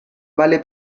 vale